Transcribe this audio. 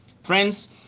Friends